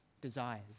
desires